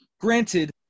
granted